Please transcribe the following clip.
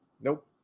Nope